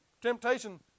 temptation